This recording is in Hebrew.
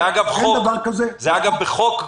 אגב, זה בחוק.